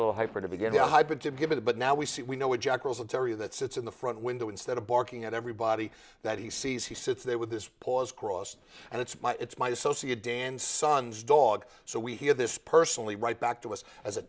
little hyper to begin to give it but now we see we know a jack russell terrier that sits in the front window instead of barking at everybody that he sees he sits there with his paws crossed and it's my it's my associate dan son's dog so we hear this personally right back to us as a